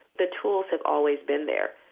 the tools have always been there.